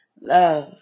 Love